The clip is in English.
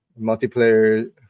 multiplayer